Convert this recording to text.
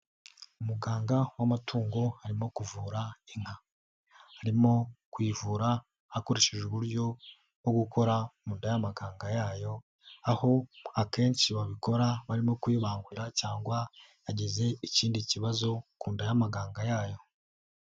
Muganga w'amatungo arimo kuvura inka, arimo kuyivura hakoreshejwe uburyo bwo gukora mu nda y'amaganga yayo, aho akenshi babikora barimo kuyibangurira cyangwa hageze ikindi kibazo ku nda y'amaganga yayo.